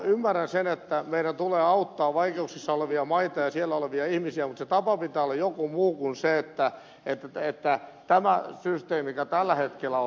ymmärrän sen että meidän tulee auttaa vaikeuksissa olevia maita ja siellä olevia ihmisiä mutta sen tavan pitää olla joku muu kuin tämä systeemi mikä tällä hetkellä on